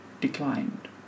declined